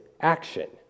action